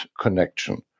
connection